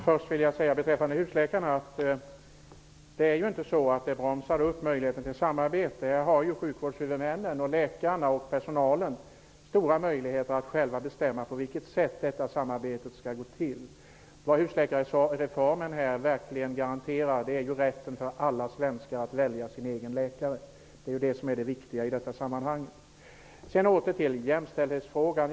Herr talman! Jag vill först säga att husläkarna inte bromsar upp möjligheterna till samarbete. Sjukvårdshuvudmännen, läkarna och personalen har stora möjligheter att själva bestämma på vilket sätt samarbetet skall utformas. Vad husläkarreformen verkligen garanterar är rätten för alla svenskar att välja sin egen läkare, och det är det viktiga i detta sammanhang. Jag återgår så till frågan om jämställdheten.